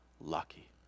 lucky